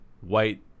white